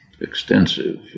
extensive